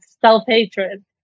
self-hatred